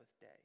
day